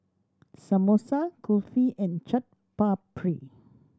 Samosa Kulfi and Chaat Papri